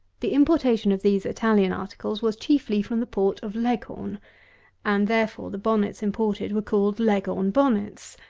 the importation of these italian articles was chiefly from the port of leghorn and therefore the bonnets imported were called leghorn bonnets.